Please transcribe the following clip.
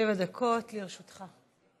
שבע דקות לרשותך.